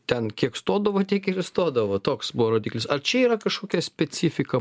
ten kiek stodavo tiek ir įstodavo toks buvo rodiklis ar čia yra kažkokia specifika